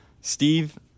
Steve